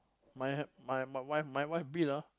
my ha~ my my wife my wife bill ah